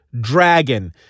dragon